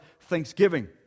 thanksgiving